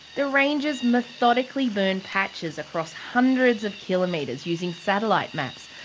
the rangers methodically burn patches across hundreds of kilometres, using satellite maps,